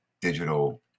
digital